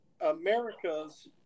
America's